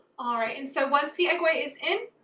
all right and so once the egg white is in,